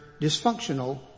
dysfunctional